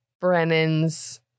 brennan's